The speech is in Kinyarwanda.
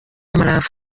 umurava